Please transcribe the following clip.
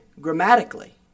grammatically